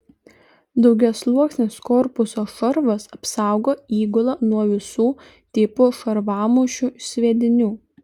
daugiasluoksnis korpuso šarvas apsaugo įgulą nuo visų tipų šarvamušių sviedinių